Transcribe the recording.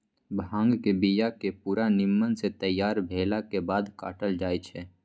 भांग के बिया के पूरा निम्मन से तैयार भेलाके बाद काटल जाइ छै